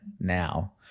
now